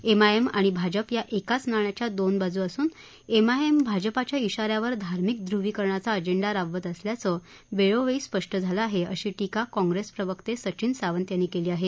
MIM आणि भाजप या एकाच नाण्याच्या दोन बाजू असून एमआयएम भाजपच्या िि यावर धार्मिक ध्रवीकरणाचा अजेंडा राबवत असल्याचं वेळोवेळी स्पष्ट झालं आहे अशी टीका काँग्रेस प्रवक्ते सचिन सावंत यांनी केली आहे